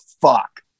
fuck